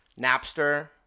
Napster